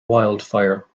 wildfire